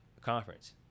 conference